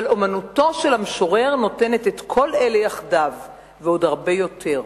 אבל אמנותו של המשורר נותנת את כל אלה יחדיו ועוד הרבה יותר".